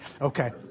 Okay